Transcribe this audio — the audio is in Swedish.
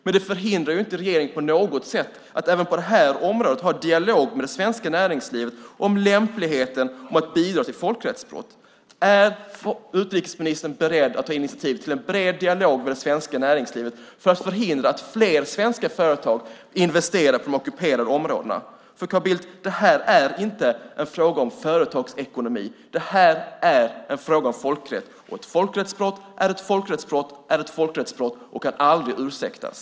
Men det hindrar ju inte regeringen på något sätt från att även på det här området ha en dialog med det svenska näringslivet om lämpligheten i att bidra till folkrättsbrott. Är utrikesministern beredd att ta initiativ till en bred dialog med det svenska näringslivet för att förhindra att fler svenska företag investerar på de ockuperade områdena? Det här är inte en fråga om företagsekonomi, Carl Bildt, det här är en fråga om folkrätt. Ett folkrättsbrott är ett folkrättsbrott är ett folkrättsbrott och kan aldrig ursäktas.